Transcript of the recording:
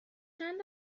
چند